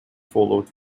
followed